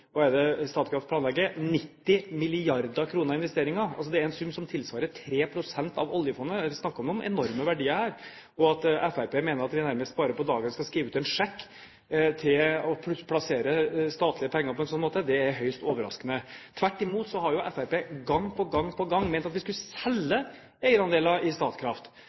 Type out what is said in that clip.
er det Statkraft planlegger? 90 mrd. kr i investeringer – det er en sum som tilsvarer 3 pst. av oljefondet. Man snakker om enorme verdier her. At Fremskrittspartiet mener at vi nærmest bare på dagen skal skrive ut en sjekk og plassere statlige penger på en slik måte, er høyst overraskende. Tvert imot har Fremskrittspartiet gang på gang på gang ment at vi skulle selge eierandeler i Statkraft.